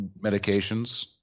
medications